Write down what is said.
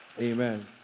Amen